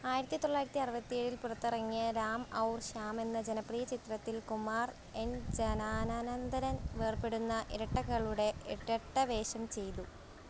ആയിരത്തി തൊള്ളായിരത്തി അറുപത്തിയേഴിൽ പുറത്തിറങ്ങിയ രാം ഔർ ശ്യാമെന്ന ജനപ്രിയ ചിത്രത്തിൽ കുമാർ എൻജനാനനന്തരൻ വേർപ്പെടുന്ന ഇരട്ടകളുടെ ഇരട്ടവേഷം ചെയ്തു